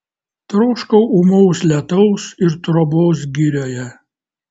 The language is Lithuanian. troškau ūmaus lietaus ir trobos girioje